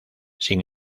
sin